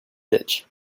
ditch